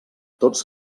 tots